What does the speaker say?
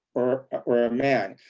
or or a man,